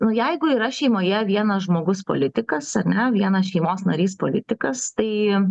nu jeigu yra šeimoje vienas žmogus politikas ar ne vienas šeimos narys politikas tai